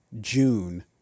June